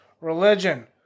Religion